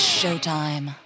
showtime